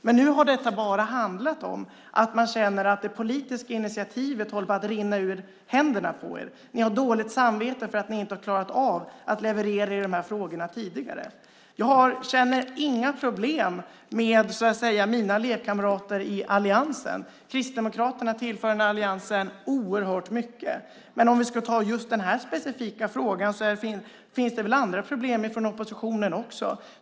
Men nu har detta bara handlat om att ni känner att det politiska initiativet håller på att rinna er ur händerna. Ni har dåligt samvete för att ni inte har klarat av att leverera i de här frågorna tidigare. Jag känner inte att det finns några problem med mina lekkamrater i alliansen. Kristdemokraterna tillför alliansen oerhört mycket, men om vi ska ta just den här specifika frågan finns det väl andra problem i oppositionen också.